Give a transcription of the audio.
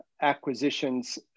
acquisitions